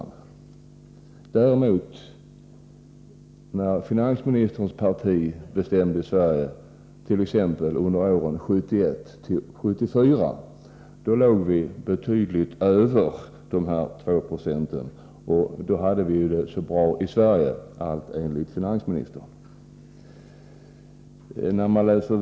När däremot finansministerns parti bestämde i Sverige, t.ex. under åren 1971-1974, låg vi betydligt över 2 20. Och då hade vi det ju mycket bra i Sverige — allt enligt finansministern.